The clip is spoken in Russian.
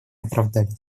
оправдались